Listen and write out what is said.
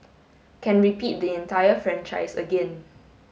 can repeat the entire franchise again